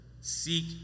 seek